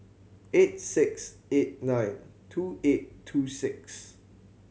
eight six eight nine two eight two six